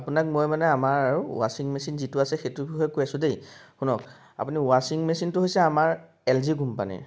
আপোনাক মই মানে আমাৰ আৰু ৱাছিং মেচিন যিটো আছে সেইটোৰ বিষয়ে কৈ আছোঁ দেই শুনক আপুনি ৱাছিং মেচিনটো হৈছে আমাৰ এল জি কোম্পানীৰ